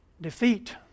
defeat